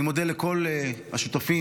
אני מודה לכל השותפים,